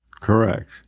Correct